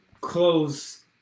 close